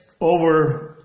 over